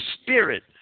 Spirit